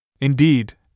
Indeed